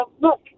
Look